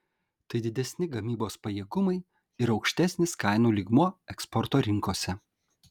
tai didesni gamybos pajėgumai ir aukštesnis kainų lygmuo eksporto rinkose